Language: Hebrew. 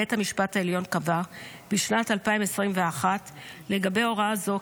בית המשפט העליון קבע בשנת 2021 לגבי הוראה זו